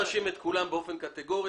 לא נאשים את כולם באופן קטגורי.